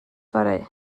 fory